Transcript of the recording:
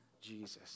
Jesus